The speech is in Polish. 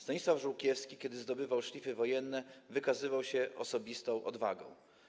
Stanisław Żółkiewski, kiedy zdobywał szlify wojenne, wykazywał się osobistą odwagą.